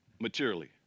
materially